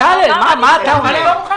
בצלאל, על מה אתה עונה?